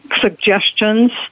suggestions